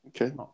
Okay